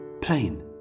plain